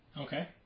Okay